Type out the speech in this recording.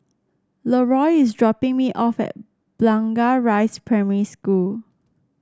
Leroy is dropping me off at Blangah Rise Primary School